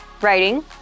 writing